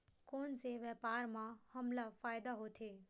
कोन से व्यापार म हमला फ़ायदा होथे?